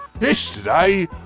Yesterday